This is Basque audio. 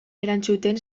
erantzuten